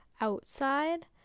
outside